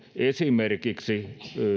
esimerkiksi